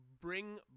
bring